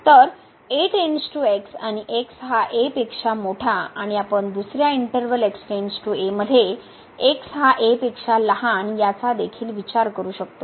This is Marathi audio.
तर आणि x हा a पेक्षा मोठा आणि आपण दुसर्या इंटर्वल मध्ये x हा a पेक्षा लहान याचा देखील विचार करू शकतो